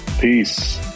Peace